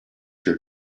your